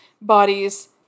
bodies